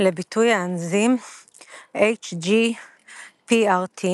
לביטוי האנזים hypoxanthine-guanine, HGPRT